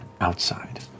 outside